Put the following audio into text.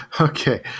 okay